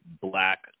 black